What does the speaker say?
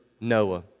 Noah